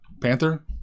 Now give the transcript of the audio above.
Panther